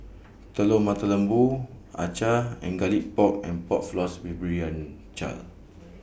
Telur Mata Lembu Acar and Garlic Pork and Pork Floss with Brinjal